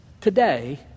Today